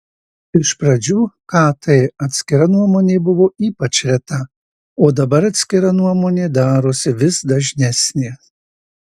iš pradžių kt atskira nuomonė buvo ypač reta o dabar atskira nuomonė darosi vis dažnesnė